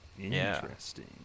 Interesting